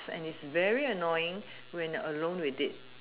and is very annoying when alone with it